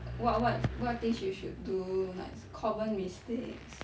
what what what things you should do like common mistakes